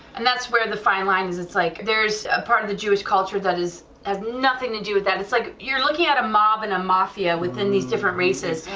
and that's where the fine line is, it's like there's a part of the jewish culture that has nothing to do with that it's like you're looking at a mob and a mafia within these different races,